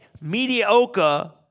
mediocre